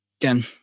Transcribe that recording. Again